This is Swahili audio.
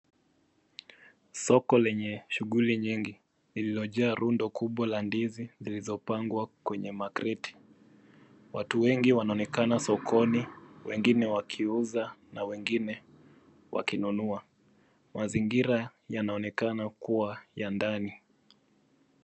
Soko lenye shughuli nyingi liliojaa rundo kubwa la ndizi zilizopangwa kwenye makreti. Watu wengi wanaonekana sokoni, wengine wakiuza na wengine wakinunua. Mazingira yanaonekana kuwa ya ndani.